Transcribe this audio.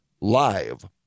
live